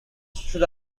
shoot